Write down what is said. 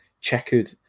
checkered